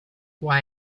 why